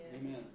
Amen